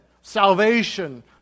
salvation